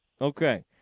Okay